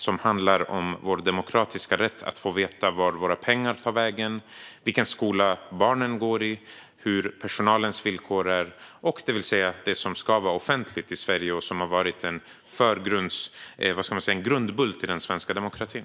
Det handlar om vår demokratiska rätt att få veta vart våra pengar tar vägen, vilken skola barnen går i och hur personalens villkor är - det vill säga det som ska vara offentligt i Sverige och som har varit en grundbult i den svenska demokratin.